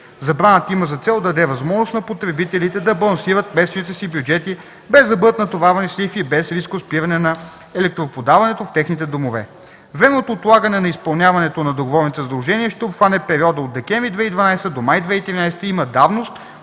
Забраната има за цел да даде възможност на потребителите да балансират месечните си бюджети, без да бъдат натоварвани с лихви, без риск от спиране на електроподаването в техните домове. Временното отлагане на изпълняването на договорните задължения ще обхване периода от декември 2012 г. до месец май 2013 г. и има давност